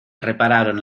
repararon